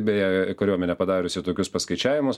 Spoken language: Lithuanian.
beje kariuomenė padariusi tokius paskaičiavimus